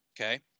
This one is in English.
Okay